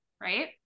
right